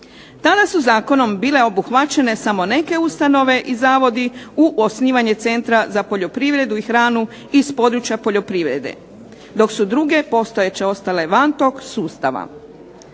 Tada su zakonom bile obuhvaćene samo neke ustanove i zavodi u osnivanje Centra za poljoprivredu i hranu iz područja poljoprivrede, dok su druge postojeće ostale van tog sustava.